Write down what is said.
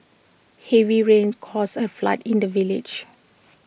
heavy rains caused A flood in the village